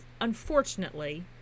unfortunately